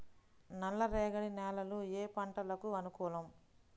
నల్లరేగడి నేలలు ఏ పంటలకు అనుకూలం?